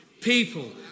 people